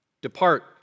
depart